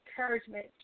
encouragement